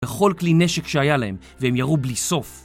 בכל כלי נשק שהיה להם, והם ירו בלי סוף